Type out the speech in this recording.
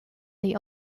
the